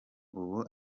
ubu